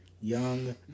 Young